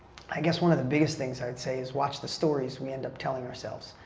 i guess one of the biggest things, i would say, is watch the stories we end up telling ourselves.